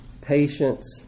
Patience